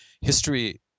history